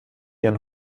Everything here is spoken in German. ihren